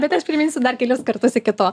bet aš priminsiu dar kelis kartus iki to